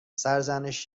سرزنش